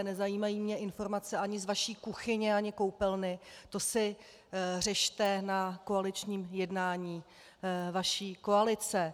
Nezajímají mě informace ani z vaší kuchyně, ani koupelny, to si řešte na koaličním jednání vaší koalice.